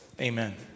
amen